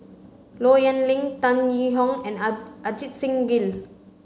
Low Yen Ling Tan Yee Hong and Ajit Singh Gill